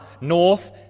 North